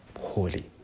holy